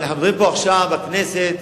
לחברים פה עכשיו בכנסת,